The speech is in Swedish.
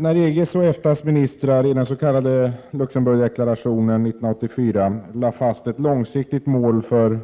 När EG:s och EFTA:s ministrar i den s.k. Luxemburgdeklarationen lade fast ett långsiktigt mål för